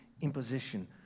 imposition